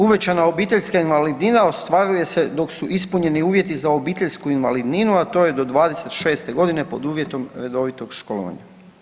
Uvećana obiteljska invalidnina ostvaruje se dok su ispunjeni uvjeti za obiteljsku invalidninu, a to je do 26. g. pod uvjetom redovitog školovanja.